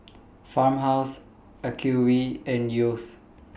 Farmhouse Acuvue and Yeo's